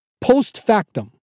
Post-factum